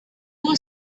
was